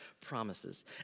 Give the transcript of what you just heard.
promises